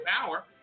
power